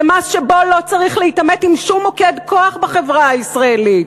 זה מס שבו לא צריך להתעמת עם שום מוקד כוח בחברה הישראלית.